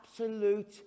absolute